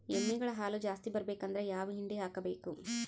ಎಮ್ಮಿ ಗಳ ಹಾಲು ಜಾಸ್ತಿ ಬರಬೇಕಂದ್ರ ಯಾವ ಹಿಂಡಿ ಹಾಕಬೇಕು?